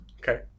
Okay